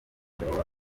perezida